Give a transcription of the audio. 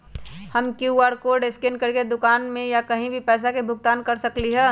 हम QR code scan करके दुकान में या कहीं भी पैसा के भुगतान कर सकली ह?